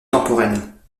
temporelles